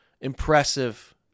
impressive